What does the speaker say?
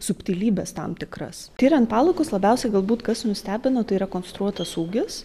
subtilybes tam tikras tiriant palaikus labiausiai galbūt kas nustebino tai rekonstruotas ūgis